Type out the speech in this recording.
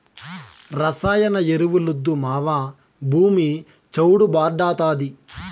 రసాయన ఎరువులొద్దు మావా, భూమి చౌడు భార్డాతాది